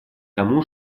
тому